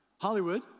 Hollywood